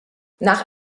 nach